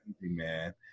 man